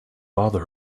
bother